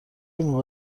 موقع